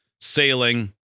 sailing